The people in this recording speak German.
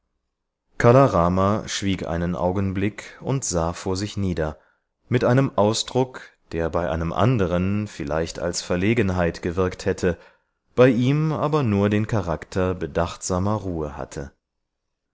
kala rama schwieg einen augenblick und sah vor sich nieder mit einem ausdruck der bei einem anderen vielleicht als verlegenheit gewirkt hätte bei ihm aber nur den charakter bedachtsamer ruhe hatte